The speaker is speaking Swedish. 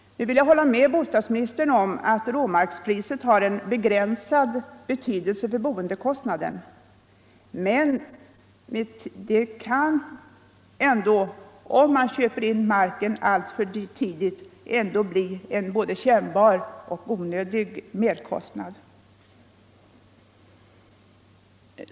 Nu vill jag hålla med bostadsministern om att råmarkspriset har begränsad betydelse för boendekostnaden: Men det kan, om man köper in marken alltför tidigt, ändå bli en både kännbar och onödig merkostnad.